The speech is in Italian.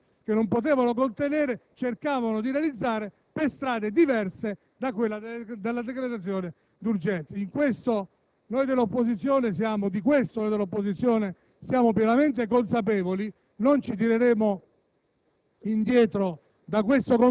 ingrassati di norme che non potevano contenere, cercavano di realizzare, attraverso strade diverse da quelle della decretazione d'urgenza. Di questo noi dell'opposizione siamo pienamente consapevoli; non ci tireremo